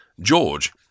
George